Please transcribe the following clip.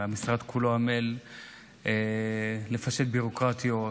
והמשרד כולו עמל לפשט ביורוקרטיות,